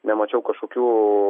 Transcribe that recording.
nemačiau kažkokių